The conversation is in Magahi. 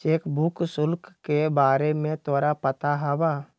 चेक बुक शुल्क के बारे में तोरा पता हवा?